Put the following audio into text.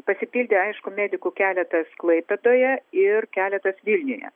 pasipildė aišku medikų keletas klaipėdoje ir keletas vilniuje